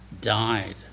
died